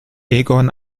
egon